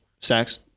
sex